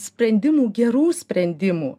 sprendimų gerų sprendimų